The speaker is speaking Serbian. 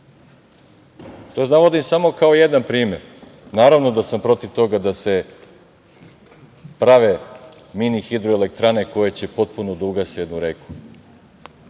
To navodim samo kao jedan primer. Naravno da sam protiv toga da se prave mini hidroelektrane koje će potpuno da ugase jednu reku.